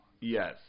Yes